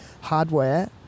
Hardware